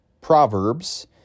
proverbs